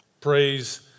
Praise